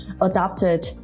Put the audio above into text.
adopted